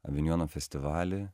avinjono festivaly